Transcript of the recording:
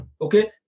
okay